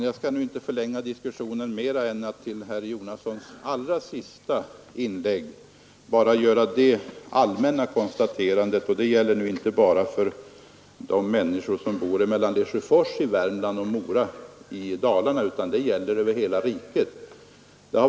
Herr talman! Jag skall med anledning av det allra sista herr Jonasson sade bara göra ett allmänt konstaterande, och det gäller inte bara detta område mellan Lesjöfors i Värmland och Mora i Dalarna, utan det gäller hela riket.